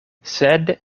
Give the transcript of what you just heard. sed